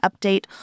update